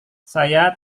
saya